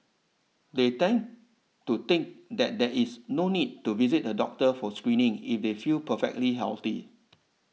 they tend to think that there is no need to visit a doctor for screening if they feel perfectly healthy